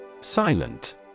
Silent